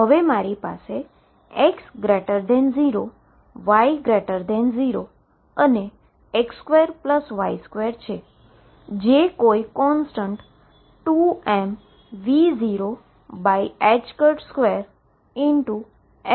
હવે મારી પાસે X0 Y0 X2Y2 છે જે કોઈ કોન્સટન્ટ 2mV02L22 બરાબર છે